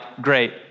great